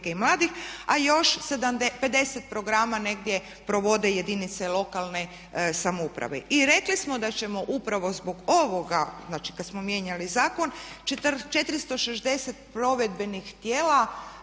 a još 50 programa negdje provode jedinice lokalne samouprave. I rekli smo da ćemo upravo zbog ovoga, znači kada smo mijenjali zakon 460 provedbenih tijela